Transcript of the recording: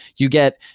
you get,